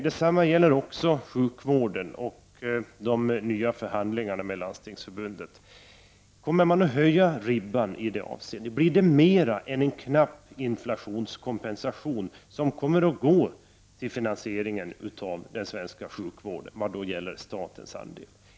Detsamma gäller sjukvården och de nya förhandlingarna med Landstings förbundet. Kommer man att höja ribban i det avseendet? Blir statens andel av finansieringen av den svenska sjukvården mera än en knapp inflationskompensation?